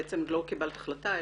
בעצם לא קיבלת החלטה,